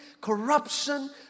corruption